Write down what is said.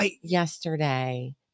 yesterday